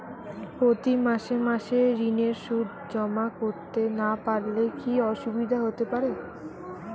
প্রতি মাসে মাসে ঋণের সুদ জমা করতে না পারলে কি অসুবিধা হতে পারে?